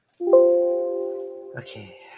Okay